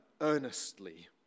earnestly